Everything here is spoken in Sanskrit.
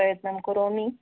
प्रयत्नं करोमि